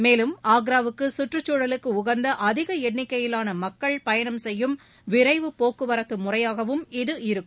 மேலும் ஆக்ராவுக்கு கற்றுச்சூழலுக்கு உகந்த அதிக எண்ணிக்கையிலான மக்கள் பயணம் செய்யும் விரைவு போக்குவரத்து முறையாகவும் இது இருக்கும்